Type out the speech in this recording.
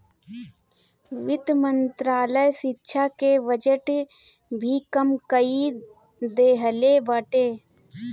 वित्त मंत्रालय शिक्षा के बजट भी कम कई देहले बाटे